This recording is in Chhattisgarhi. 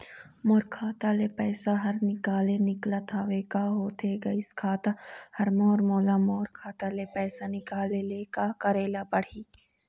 मोर खाता ले पैसा हर निकाले निकलत हवे, का होथे गइस खाता हर मोर, मोला मोर खाता ले पैसा निकाले ले का करे ले पड़ही?